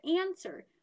answer